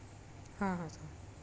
हां हां सर